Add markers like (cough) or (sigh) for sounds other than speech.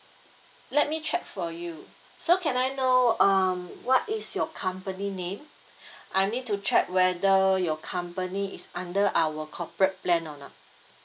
let me check for you so can I know um what is your company name (breath) I need to check whether your company is under our corporate plan or not